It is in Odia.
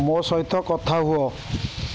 ମୋ ସହିତ କଥା ହୁଅ